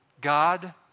God